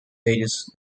ages